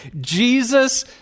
Jesus